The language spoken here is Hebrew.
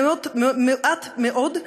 עד מאוד,